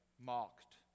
mocked